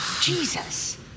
Jesus